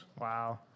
Wow